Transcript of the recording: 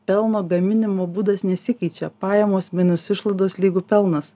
pelno gaminimo būdas nesikeičia pajamos minus išlaidos lygu pelnas